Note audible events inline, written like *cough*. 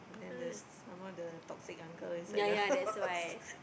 then the some more the toxic uncle inside the house *laughs*